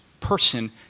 person